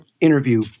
interview